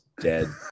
dead